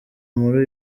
nkuru